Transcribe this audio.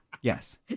Yes